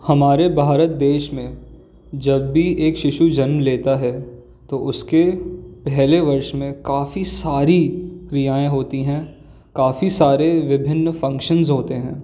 हमारे भारत देश में जब भी एक शिशु जन्म लेता है तो उसके पहले वर्ष में काफ़ी सारी क्रियाएँ होती हैं काफ़ी सारे विभिन्न फंक्शन्स होते हैं